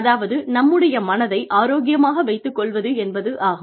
அதாவது நம்முடைய மனதை ஆரோக்கியமாக வைத்துக் கொள்வது என்பதாகும்